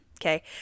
Okay